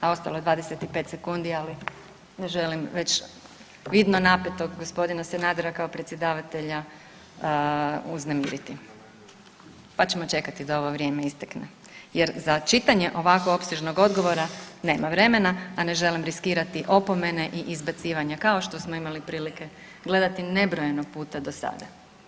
A ostalo je 25 sekundi, ali ne želim već vidno napetog gospodina Sanadera kao predsjedavatelja uznemiriti, pa ću čekati da ovo vrijeme istekne jer za čitanje ovako opsežnog odgovora nema vremena, a ne želim riskirati opomene i izbacivanja kao što smo imali prilike gledati nebrojeno puta do sada.